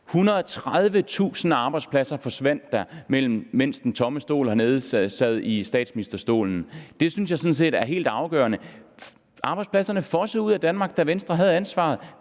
130.000 arbejdspladser forsvandt, mens personen, der har forladt den tomme stol hernede, sad i statsministerstolen. Det synes jeg sådan set er helt afgørende. Arbejdspladserne fossede ud af Danmark, da Venstre havde ansvaret.